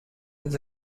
his